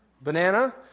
Banana